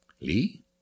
Lee